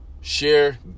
share